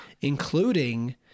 including